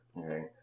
Okay